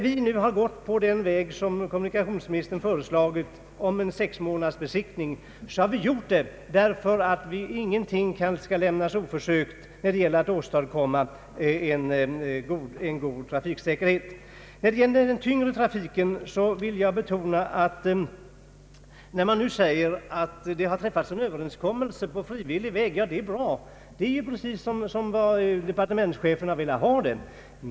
Vi har gått på kommunikationsministerns förslag om sex månaders besiktning av brandfordon, därför att vi anser att ingenting bör lämnas oprövat när det gäller att åstadkomma en god trafiksäkerhet. När det nu sägs att beträffande den tyngre trafiken träffats en överenskommelse på frivillig väg, tycker jag att detta är bra — det är precis vad departementschefen har önskat.